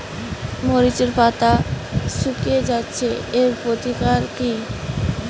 মরিচের পাতা শুকিয়ে যাচ্ছে এর প্রতিকার কি?